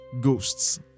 ghosts